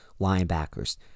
linebackers